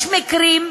יש מקרים,